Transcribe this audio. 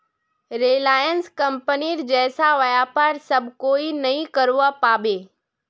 Reliance कंपनीर जैसा व्यापार सब कोई नइ करवा पाबे